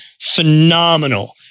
phenomenal